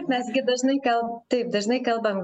mes gi dažnai kal taip dažnai kalbam